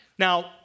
Now